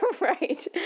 Right